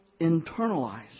internalize